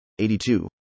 82